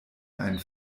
einen